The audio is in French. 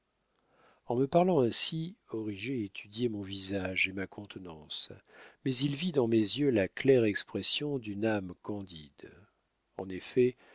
en me parlant ainsi origet étudiait mon visage et ma contenance mais il vit dans mes yeux la claire expression d'une âme candide en effet